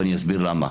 ואסביר למה.